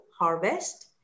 harvest